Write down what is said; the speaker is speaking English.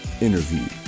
interview